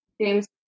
james